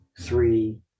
three